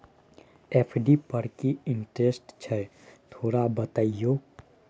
FD पर की interest छय थोरा बतईयो?